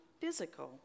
physical